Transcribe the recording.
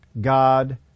God